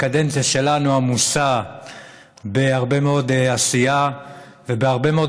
הקדנציה שלנו עמוסה בהרבה מאוד עשייה ובהרבה מאוד